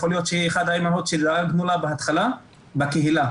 יכול להיות שאחת האימהות שדאגנו לה בהתחלה בקהילה.